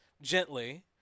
gently